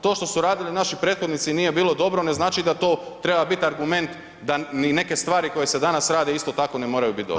To što su radili naši prethodnici nije bilo dobro, ne znači da to treba biti argument da neke stvari koje se danas rade isto tako ne moraju biti dobre.